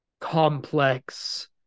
complex